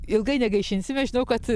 ilgai negaišinsime žinau kad